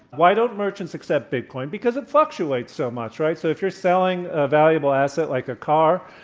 why don't merchants accept bitcoin? because it fluctuates so much, right? so, if you're selling a valuable asset like a car